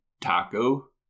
taco